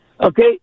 Okay